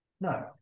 No